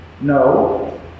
No